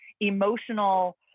emotional